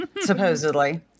Supposedly